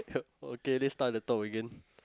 okay let's start at the top again